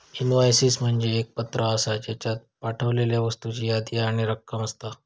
invoices म्हणजे एक पत्र आसा, ज्येच्यात पाठवलेल्या वस्तूंची यादी आणि रक्कम असता